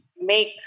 make